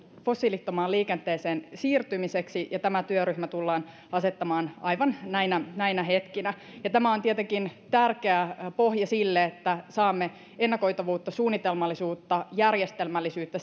fossiilittomaan liikenteeseen siirtymiseksi ja tämä työryhmä tullaan asettamaan aivan näinä näinä hetkinä tämä on tietenkin tärkeä pohja sille että saamme ennakoitavuutta suunnitelmallisuutta ja järjestelmällisyyttä